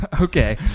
Okay